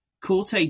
Corte